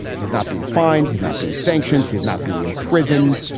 he's not being fined. he's not being sanctioned. he's not being imprisoned.